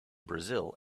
brazil